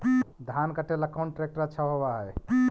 धान कटे ला कौन ट्रैक्टर अच्छा होबा है?